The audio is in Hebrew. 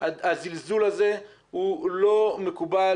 הזלזול הזה לא מקובל,